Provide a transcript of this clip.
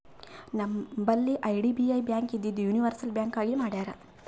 ನಂಬಲ್ಲಿ IDBI bank ಇದ್ದಿದು universal bank ಆಗಿ ಮಾಡ್ಯಾರ್